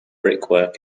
brickwork